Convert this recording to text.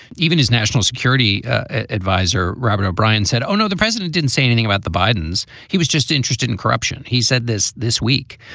even his national security adviser, robert o'brien, said, oh, no, the president didn't say anything about the bidens. he was just interested in corruption. he said this this week.